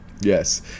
Yes